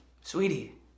sweetie